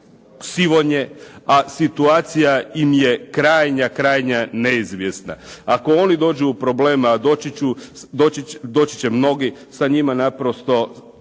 sivonje, a situacija im je krajnja, krajnja neizvjesna. Ako oni dođu u problem, a doći će mnogi, sa njima naprosto